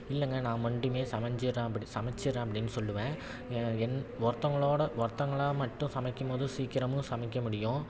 இல்லைங்க நான் மட்டிமே சமைஞ்சிர்றேன் அப்படி சமைச்சிர்றேன் அப்படின்னு சொல்லுவேன் ஏ என் ஒருத்தங்களோடய ஒருத்தங்களாக மட்டும் சமைக்கும் போது சீக்கிரமும் சமைக்க முடியும்